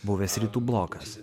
buvęs rytų blokas